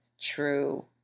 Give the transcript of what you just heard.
true